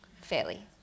fairly